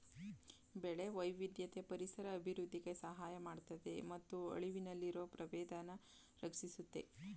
ಬೆಳೆ ವೈವಿಧ್ಯತೆ ಪರಿಸರ ಅಭಿವೃದ್ಧಿಗೆ ಸಹಾಯ ಮಾಡ್ತದೆ ಮತ್ತು ಅಳಿವಿನಲ್ಲಿರೊ ಪ್ರಭೇದನ ರಕ್ಷಿಸುತ್ತೆ